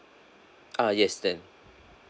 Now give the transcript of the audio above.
ah yes then